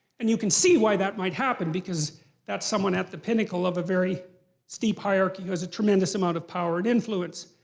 and you can see why that might happen because that's someone at the pinnacle of a very steep hierarchy who has a tremendous amount of power and influence.